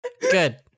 good